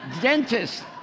Dentist